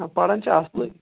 نہَ پران چھا اصلٕے